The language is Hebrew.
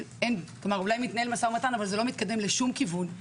אולי מתנהל משא ומתן, אבל זה לא מתקדם לשום כיוון.